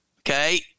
Okay